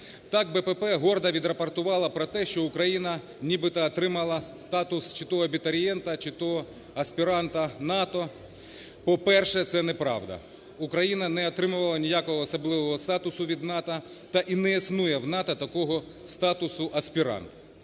Так "БПП" гордо відрапортувало про те, що Україна нібито отримала статус чи то абітурієнта, чи то аспіранта НАТО. По-перше, це неправда. Україна не отримувала ніякого особливого статусу від НАТО, та не існує в НАТО такого статусу -"аспірант".